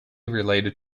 related